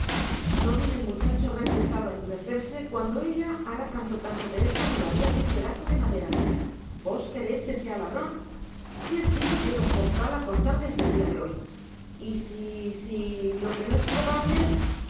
no bien el muchacho habrá empezado ha endurecerse cuando elk hará tanto caso de él como lo haria de un pedazo de madera vos queréis que sea ladron si es vivo puedo hacerle tal á contar desde el dia de hoy y si si lo que no es probable